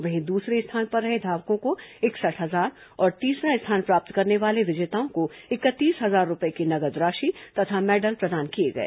वहीं दूसरे स्थान पर रहे धावकों को इकसठ हजार और तीसरा स्थान प्राप्त करने वाले विजेताओं को इकतीस हजार रूपये की नगद राशि तथा मैडल प्रदान किए गए